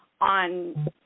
on